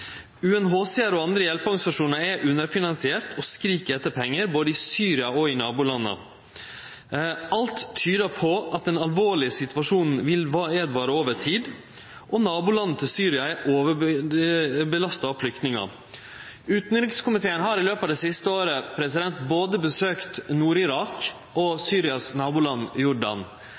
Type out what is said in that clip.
UNHCR og andre hjelpeorganisasjonar er underfinansierte og skrik etter pengar både i Syria og i nabolanda. Alt tyder på at den alvorlege situasjonen vil vare ved over tid, og nabolanda til Syria er overbelasta av flyktningar. Utanrikskomiteen har i løpet av det siste året besøkt både Nord-Irak og Syrias naboland Jordan.